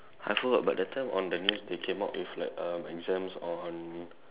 I forgot but that time on the news they came out with like um exams on